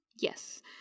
Yes